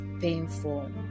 painful